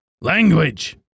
Language